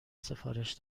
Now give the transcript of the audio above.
سفارش